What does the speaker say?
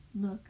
Look